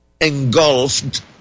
engulfed